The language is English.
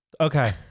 Okay